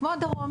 כמו הדרום: